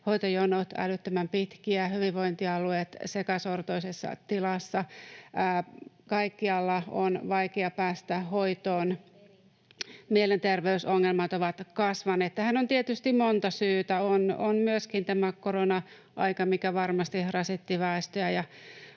hoitojonot älyttömän pitkiä, hyvinvointialueet sekasortoisessa tilassa, kaikkialla on vaikea päästä hoitoon, mielenterveysongelmat ovat kasvaneet. Tähän on tietysti monta syytä. On myöskin tämä korona-aika, mikä varmasti rasitti väestöä